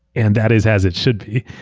and that is as it should be.